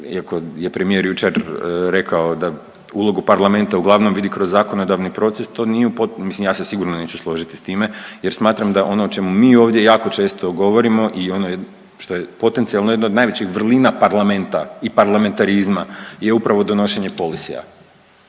je premijer jučer rekao da ulogu parlamenta uglavnom vidi kroz zakonodavni proces, to nije u potpu…, mislim ja se sigurno neću složiti s time jer smatram da ono o čemu mi ovdje jako često govorimo i ono što je potencijalno jedno od najvećih vrlina parlamenta i parlamentarizma je upravo donošenje polisija,